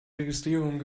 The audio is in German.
registrierung